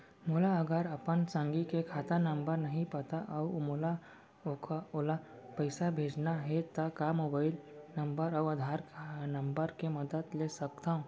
मोला अगर अपन संगी के खाता नंबर नहीं पता अऊ मोला ओला पइसा भेजना हे ता का मोबाईल नंबर अऊ आधार नंबर के मदद ले सकथव?